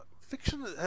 fiction